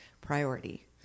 priority